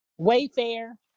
wayfair